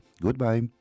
Goodbye